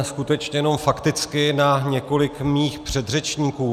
Skutečně jenom fakticky na několik mých předřečníků.